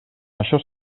això